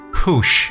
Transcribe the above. push